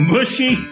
Mushy